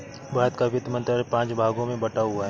भारत का वित्त मंत्रालय पांच भागों में बटा हुआ है